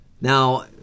Now